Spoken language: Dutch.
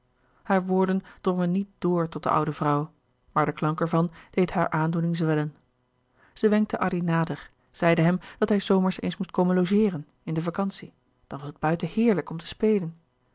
hare woorden drongen niet door tot de oude vrouw louis couperus de boeken der kleine zielen maar de klank ervan deed hare aandoening zwellen zij wenkte addy nader zeide hem dat hij s zomers eens moest komen logeeren in de vacantie dan was het buiten heerlijk om te spelen